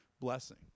blessing